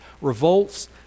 revolts